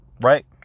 right